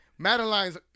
Madelines